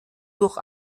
durch